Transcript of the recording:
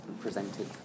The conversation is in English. presented